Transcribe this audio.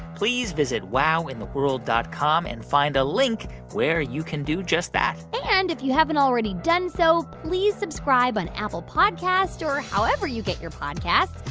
please visit wowintheworld dot com and find a link where you can do just that and if you haven't already done so, please subscribe on apple podcasts or however you get your podcasts.